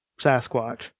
Sasquatch